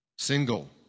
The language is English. Single